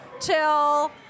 chill